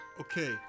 okay